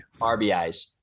RBIs